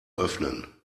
öffnen